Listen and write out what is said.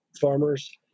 farmers